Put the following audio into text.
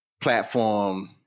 platform